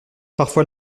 parfois